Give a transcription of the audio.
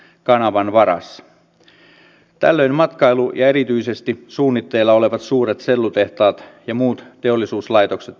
jos ala nissilä pysyy asiassa lakkaa vähemmän käyttämästä kännykkää ja kuuntelee edustajien puheenvuoroja niin pysyy kartalla paremmin